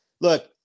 Look